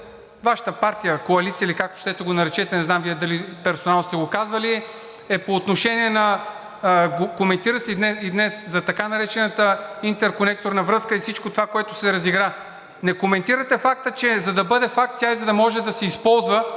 Вашата партия, коалиция или както щете го наречете, не знам дали Вие персонално сте го казвали, е по отношение и се коментира и днес за така наречената интерконекторна връзка и всичко това, което се разигра. Не коментирате факта, че за да бъде факт тя и да може да се използва,